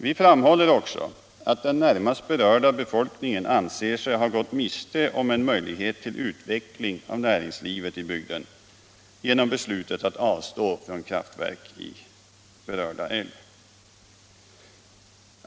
Vi framhåller också att den närmast berörda befolkningen anser sig ha gått miste om en utveckling av näringslivet i bygden genom beslutet att avstå från kraftverk i berörda älv.